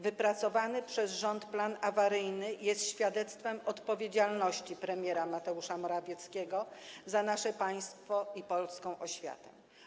Wypracowany przez rząd plan awaryjny jest świadectwem odpowiedzialności premiera Mateusza Morawieckiego za nasze państwo i polską oświatę.